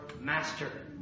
master